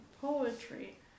poetry